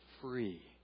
free